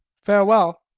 farewell.